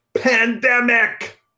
pandemic